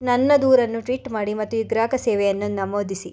ನನ್ನ ದೂರನ್ನು ಟ್ವೀಟ್ ಮಾಡಿ ಮತ್ತು ಈ ಗ್ರಾಹಕ ಸೇವೆಯನ್ನು ನಮೂದಿಸಿ